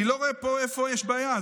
אני לא רואה פה איפה יש בעיה.